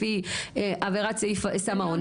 לפי עבירת סם האונס,